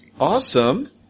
awesome